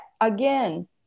again